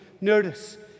Notice